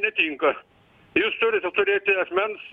netinka jūs turite turėti asmens